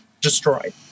destroyed